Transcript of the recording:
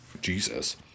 jesus